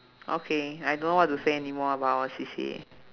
okay I don't know what to say anymore about our C_C_A